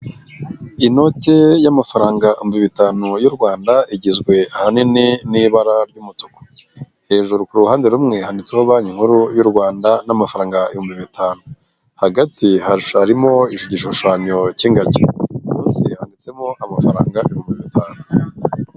Inote y'amafaranga ibihumbi bitanu y'u Rwanda igizwe ahanini n'ibara ry'umutuku, hejuru ku ruhande rumwe handitseho banki nkuru y'u Rwanda n'amafaranga ibihumbi bitanu, hagati hasha harimo igishushanyo cy'ingagi, munsi handitsemo amafarangaibihumbi bitanu.